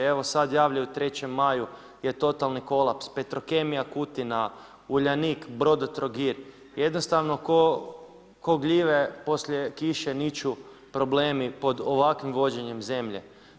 Evo sada javljaju o 3. maju je totalni kolaps, Petrokemija Kutina, Uljanik, Brodotrogir jednostavno ko gljive poslije kiše niču problemi pod ovakvim vođenjem zemlje.